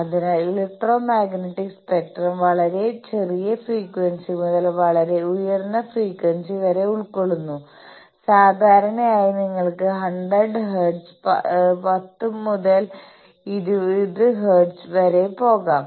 അതിനാൽ electromagnetic spectrum വളരെ ചെറിയ ഫ്രീക്വൻസി മുതൽ വളരെ ഉയർന്ന ഫ്രീക്വൻസി വരെ ഉൾക്കൊള്ളുന്നു സാധാരണയായി നിങ്ങൾക്ക് 100ഹെർട്സ് 10 മുതൽ 20ഹെർട്സ് വരെ പോകാം